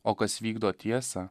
o kas vykdo tiesą